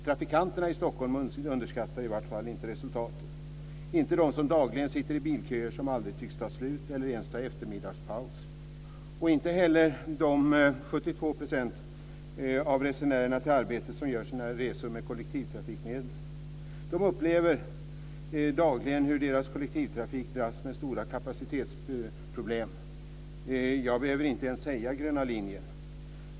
Trafikanterna i Stockholm underskattar inte resultatet, dvs. inte de som dagligen sitter i bilköer som aldrig tycks ta slut eller ens ta eftermiddagspaus, och inte heller de 72 % av resenärerna som reser med kollektivtrafiken till arbetet. De upplever dagligen hur deras kollektivtrafik dras med stora kapacitetsproblem. Jag behöver inte ens säga: Gröna linjen.